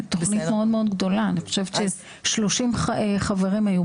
הדיון הזה הוא תוצר של פנייה שקיבלנו